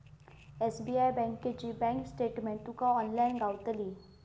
SBI बँकेची bank statement तुका online गावतली